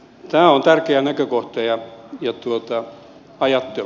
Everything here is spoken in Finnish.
tämä on tärkeä näkökohta ja ajattelu